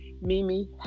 Mimi